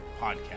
Podcast